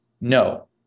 No